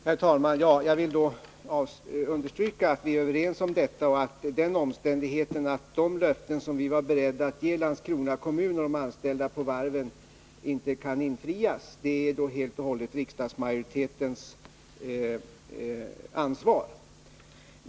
Herr talman! Jag vill understryka att vi är överens och att den omständigheten att de löften som vi var beredda att ge Landskrona kommun och de anställda på varven inte kan infrias faller helt och hållet på riksdagsmajoritetens ansvar.